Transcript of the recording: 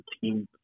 team